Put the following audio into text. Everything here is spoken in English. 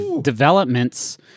developments